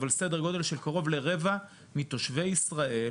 אבל סדר גודל של קרוב לרבע מתושבי ישראל